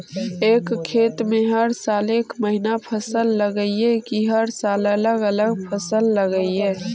एक खेत में हर साल एक महिना फसल लगगियै कि हर साल अलग अलग फसल लगियै?